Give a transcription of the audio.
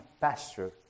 pasture